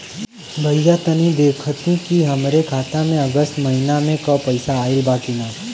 भईया तनि देखती की हमरे खाता मे अगस्त महीना में क पैसा आईल बा की ना?